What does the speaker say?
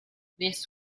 this